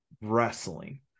wrestling